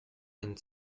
and